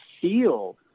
feel